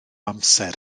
amser